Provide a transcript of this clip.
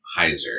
hyzer